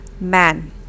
Man